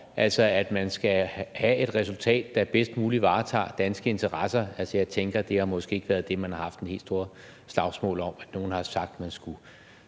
altså at man skal have et resultat, der bedst muligt varetager danske interesser. Jeg tænker, at det ikke er det, man har haft det helt store slagsmål om. At nogle har sagt, at man skulle